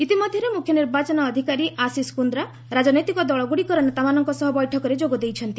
ଇତିମଧ୍ୟରେ ମୁଖ୍ୟ ନିର୍ବାଚନ ଅଧିକାରୀ ଆଶିଷ କୁନ୍ଦ୍ରା ରାଜନୈତିକ ଦଳଗୁଡ଼ିକର ନେତାମାନଙ୍କ ସହ ବୈଠକରେ ଯୋଗ ଦେଇଛନ୍ତି